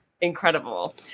incredible